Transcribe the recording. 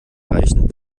reichen